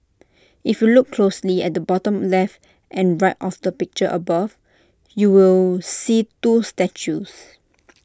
if you look closely at the bottom left and right of the picture above you will see two statues